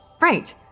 right